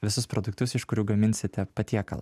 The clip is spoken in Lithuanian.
visus produktus iš kurių gaminsite patiekalą